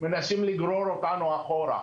מנסים לגרור אותנו אחורה.